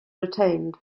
retained